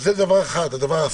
זה הדבר הפיזי.